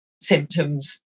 symptoms